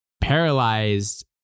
paralyzed